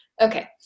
Okay